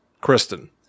Kristen